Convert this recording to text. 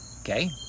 Okay